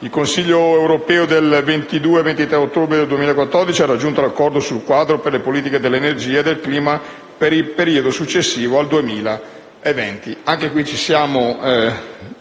Il Consiglio europeo del 22 e 23 ottobre 2014 ha raggiunto l'accordo quadro per le politiche dell'energia e del clima per il periodo dal 2020 al 2030. Anche in questo caso